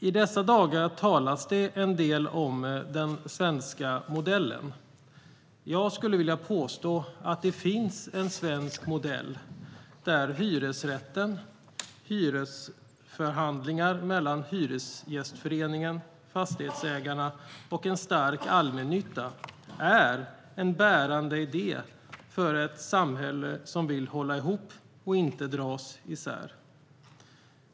I dessa dagar talas det en del om den svenska modellen. Jag skulle vilja påstå att det finns en svensk modell där hyresrätten, hyresförhandlingar mellan Hyresgästföreningen och Fastighetsägarna och en stark allmännytta är en bärande idé, för ett samhälle som vill hålla ihop och inte dras isär.